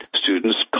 students